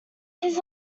his